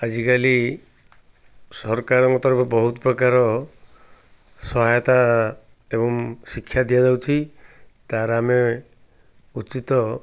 ଆଜିକାଲି ସରକାରଙ୍କ ତରଫ ବହୁତ ପ୍ରକାର ସହାୟତା ଏବଂ ଶିକ୍ଷା ଦିଆଯାଉଛି ତା'ର ଆମେ ଉଚିତ